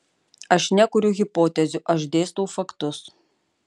aš nekuriu hipotezių aš dėstau faktus